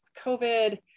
COVID